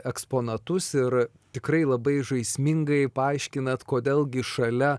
eksponatus ir tikrai labai žaismingai paaiškinat kodėl gi šalia